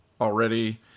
already